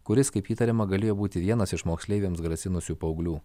kuris kaip įtariama galėjo būti vienas iš moksleiviams grasinusių paauglių